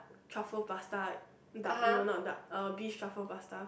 truffle pasta duck no not duck beef truffle pasta